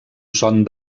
son